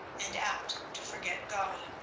and apt to forget god.